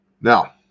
now